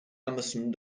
amazon